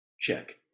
check